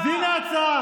אז הינה ההצעה.